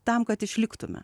tam kad išliktume